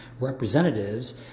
Representatives